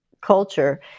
culture